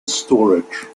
storage